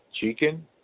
chicken